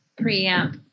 preamp